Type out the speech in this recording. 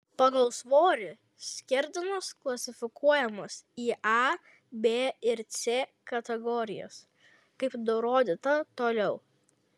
pagal svorį skerdenos klasifikuojamos į a b ir c kategorijas kaip nurodyta toliau